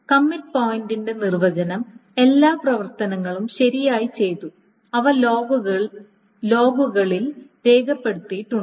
commit പോയിന്റിന്റെ നിർവചനം എല്ലാ പ്രവർത്തനങ്ങളും ശരിയായി ചെയ്തു അവ ലോഗുകളിൽ രേഖപ്പെടുത്തിയിട്ടുണ്ട്